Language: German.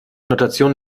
notation